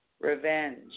revenge